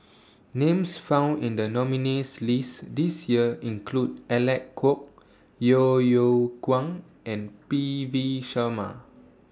Names found in The nominees' list This Year include Alec Kuok Yeo Yeow Kwang and P V Sharma